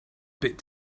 bit